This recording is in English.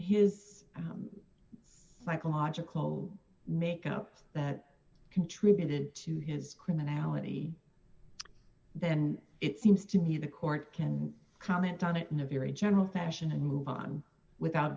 his psychological makeup that contributed to his criminality then it seems to me the court can comment on it in a very gentle fashion and move on without